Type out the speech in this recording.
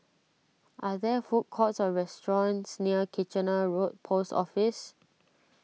are there food courts or restaurants near Kitchener Road Post Office